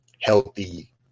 healthy